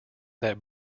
that